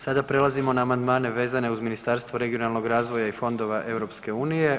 Sada prelazimo na amandmane vezane uz Ministarstvo regionalnog razvoja i Fondova EU.